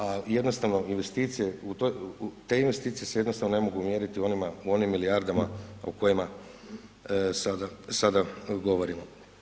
A jednostavno, investicije u toj, te investicije se jednostavno ne mogu mjeriti u onim milijardama o kojima sada govorimo.